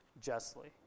justly